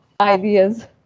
ideas